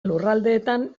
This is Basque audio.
lurraldeetan